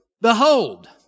Behold